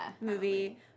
movie